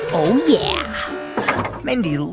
oh, yeah mindy,